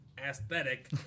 aesthetic